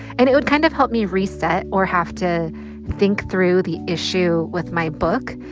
and it would kind of help me reset or have to think through the issue with my book.